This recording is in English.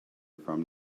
from